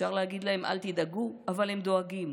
אפשר להגיד להם "אל תדאגו", אבל הם דואגים.